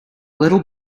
little